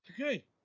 Okay